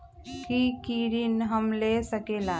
की की ऋण हम ले सकेला?